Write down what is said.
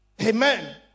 Amen